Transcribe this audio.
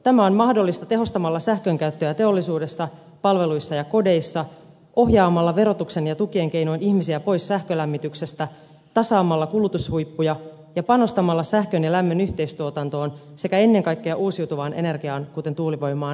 tämä on mahdollista tehostamalla sähkönkäyttöä teollisuudessa palveluissa ja kodeissa ohjaamalla verotuksen ja tukien keinoin ihmisiä pois sähkölämmityksestä tasaamalla kulutushuippuja ja panostamalla sähkön ja lämmön yhteistuotantoon sekä ennen kaikkea uusiutuvaan energiaan kuten tuulivoimaan ja bioenergiaan